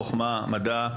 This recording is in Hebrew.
חוכמה ומדע.